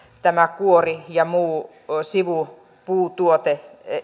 tämä kuori ja muu sivupuutuote